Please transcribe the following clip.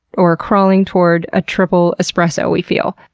or crawling-toward-a-triple-espresso we feel.